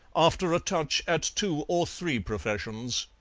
after a touch at two or three professions,